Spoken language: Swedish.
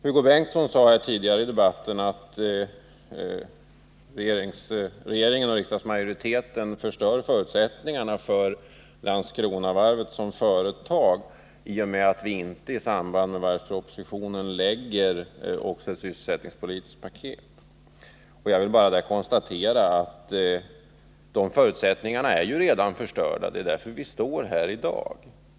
Hugo Bengtsson sade att regeringen och riksdagsmajoriteten förstör förutsättningarna för Landskronavarvet som företag i och med att vi inte i samband med varvspropositionen också lägger ett förslag till ett sysselsättningspolitiskt program. Jag vill bara konstatera att de förutsättningarna redan är förstörda.